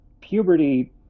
puberty